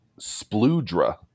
Spludra